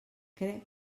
crec